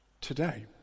today